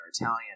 italian